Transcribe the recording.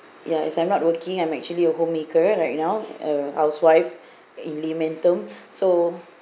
ya it's I'm not working I'm actually a homemaker right now a housewife in laymen term so